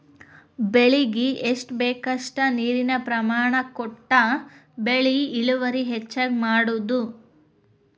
ಬೆಳಿಗೆ ಎಷ್ಟ ಬೇಕಷ್ಟ ನೇರಿನ ಪ್ರಮಾಣ ಕೊಟ್ಟ ಬೆಳಿ ಇಳುವರಿ ಹೆಚ್ಚಗಿ ಮಾಡುದು